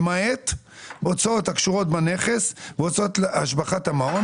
למעט הוצאות הקשורות בנכס והוצאות השבחת המעון,